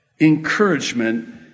Encouragement